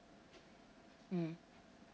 mm